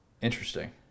Interesting